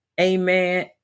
amen